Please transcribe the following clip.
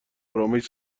ارامش